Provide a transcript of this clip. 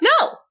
No